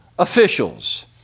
Officials